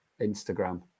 Instagram